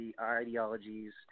ideologies